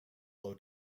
low